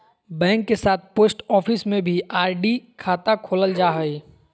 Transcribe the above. bank के साथ post office में भी आर.डी खाता खोलल जा हइ